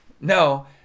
No